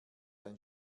ein